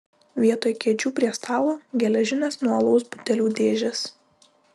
vietoj kėdžių prie stalo geležinės nuo alaus butelių dėžės